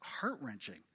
heart-wrenching